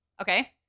Okay